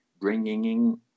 bringing